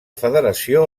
federació